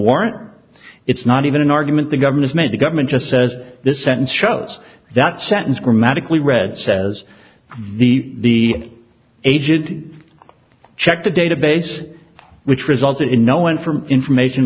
warrant it's not even an argument the government's made the government just says the sentence shows that sentence grammatically read says the the aged check the database which resulted in no one from information